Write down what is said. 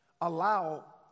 allow